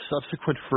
subsequent